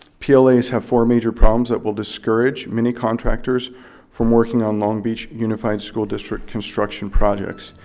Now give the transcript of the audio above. plas have four major problems that will discourage many contractors from working on long beach unified school district construction projects.